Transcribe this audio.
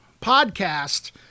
podcast